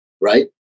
right